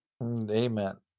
Amen